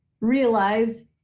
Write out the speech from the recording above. realize